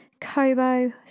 Kobo